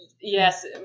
Yes